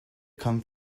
come